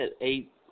eight